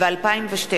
הודעה למזכירת הכנסת.